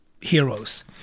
heroes